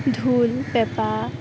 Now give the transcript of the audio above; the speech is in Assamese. ঢোল পেঁপা